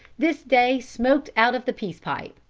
this day smoked out of the peace-pipe.